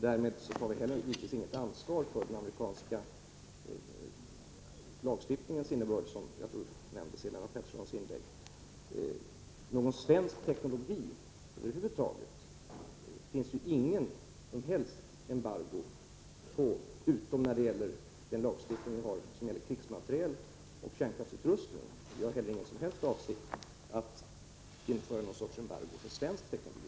Därmed tar vi givetvis heller inget ansvar för den amerikanska lagstiftningens innebörd, som jag tror nämndes i Lennart Petterssons inlägg. Svensk teknologi finns det över huvud taget inget embargo på, utom den lagstiftning som gäller krigsmateriel och kärnkraftsutrustning. Vi har heller ingen som helst avsikt att införa någon sorts embargo för svensk teknologi.